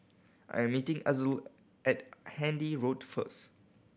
I am meeting Azul at Handy Road first